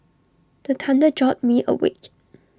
the thunder jolt me awake